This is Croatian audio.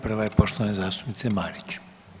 Prva je poštovane zastupnice Marić.